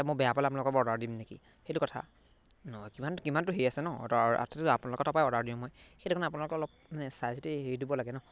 এতিয়া মই বেয়া পালে আপোনালোকৰ পৰা অৰ্ডাৰ দিম নেকি সেইটো কথা ন কিমান কিমানটো হেৰি আছে ন আপোনালোকৰ তাৰ পৰাই অৰ্ডাৰ দিওঁ মই সেইটো কাৰণে আপোনালোকৰ অলপ মানে চাই চিতি হেৰি দিব লাগে ন